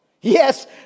Yes